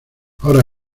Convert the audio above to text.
ahora